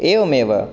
एवमेव